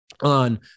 on